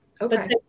Okay